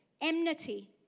enmity